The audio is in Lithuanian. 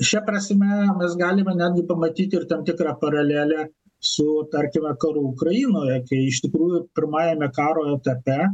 šia prasme mes galime netgi pamatyti ir tam tikrą paralelę su tarkime karu ukrainoje kai iš tikrųjų pirmajame karo etape